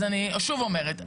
אז אני שוב אומרת,